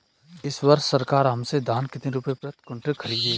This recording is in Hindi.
इस वर्ष सरकार हमसे धान कितने रुपए प्रति क्विंटल खरीदेगी?